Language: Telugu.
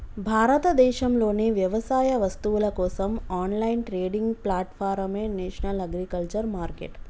భారతదేశంలోని వ్యవసాయ వస్తువుల కోసం ఆన్లైన్ ట్రేడింగ్ ప్లాట్ఫారమే నేషనల్ అగ్రికల్చర్ మార్కెట్